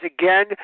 again